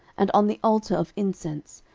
and on the altar of incense,